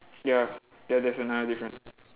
ya ya there's another difference